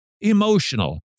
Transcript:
emotional